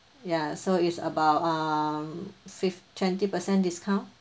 ya so is about um fifth twenty percent discount